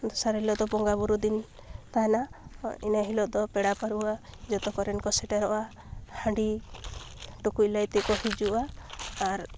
ᱫᱚᱥᱟᱨ ᱦᱤᱞᱚᱜ ᱫᱚ ᱵᱚᱸᱜᱟ ᱵᱳᱨᱳᱜ ᱫᱤᱱ ᱛᱟᱦᱮᱱᱟ ᱤᱱᱟᱹ ᱦᱤᱞᱚᱜᱫᱚ ᱯᱮᱲᱟ ᱯᱟᱹᱨᱣᱟᱹ ᱡᱚᱛᱚ ᱠᱚᱨᱮᱱ ᱠᱚ ᱥᱮᱴᱮᱨᱚᱜᱼᱟ ᱦᱟᱺᱰᱤ ᱴᱩᱠᱩᱡ ᱞᱟᱹᱭ ᱛᱮᱠᱚ ᱦᱤᱡᱩᱜᱼᱟ ᱟᱨ